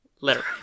Letter